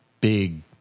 big